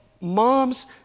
Moms